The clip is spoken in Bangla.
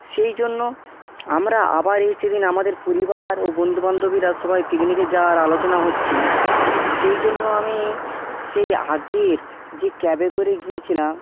সেই জন্য আমরা আবার এই সেদিন আমাদের পরিবার ও বন্ধু বান্ধবীরা সবাই পিকনিকে যাওয়ার আলোচনা হচ্ছে সেই জন্য আমি সেই আগের যে ক্যাবে করে গিয়েছিলাম